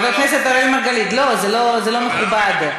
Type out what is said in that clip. חבר הכנסת אראל מרגלית, לא, זה לא מכובד.